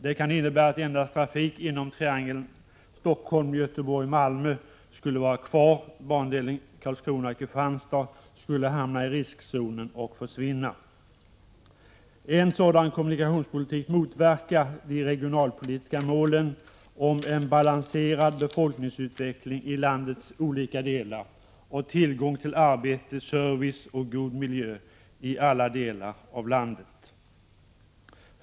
Det kan innebära att endast trafik inom triangeln Stockholm-Göteborg-Malmö skulle vara kvar. Bandelen Karlskrona-Kristianstad skulle hamna i riskzonen och försvinna. En sådan kommunikationspolitik motverkar de regionalpolitiska målen om en balanserad befolkningsutveckling i landets olika delar och om tillgång till arbete, service och god miljö i alla delar av landet.